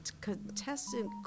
contestant